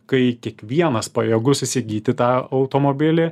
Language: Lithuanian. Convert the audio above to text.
kai kiekvienas pajėgus įsigyti tą automobilį